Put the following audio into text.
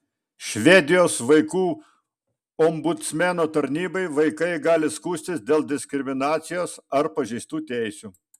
švedijos vaikų ombudsmeno tarnybai vaikai gali skųstis dėl diskriminacijos ar pažeistų teisių